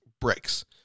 bricks